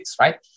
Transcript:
right